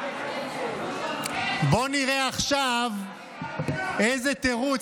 בואו נראה עכשיו איזה תירוץ,